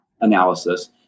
analysis